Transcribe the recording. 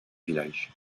village